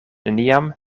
neniam